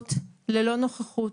ועדות ללא נוכחות.